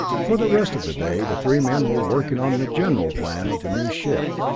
for the rest of the day the three men were working on the general plan of the new ship,